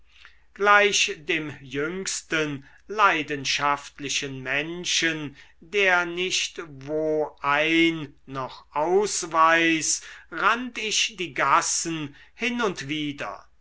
gleich dem jüngsten leidenschaftlichen menschen der nicht wo ein noch aus weiß rannt ich die gassen hin und wider